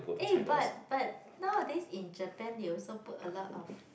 eh but but nowadays in Japan they also put a lot of